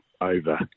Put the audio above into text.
over